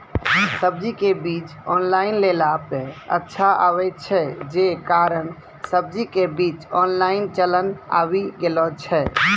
सब्जी के बीज ऑनलाइन लेला पे अच्छा आवे छै, जे कारण सब्जी के बीज ऑनलाइन चलन आवी गेलौ छै?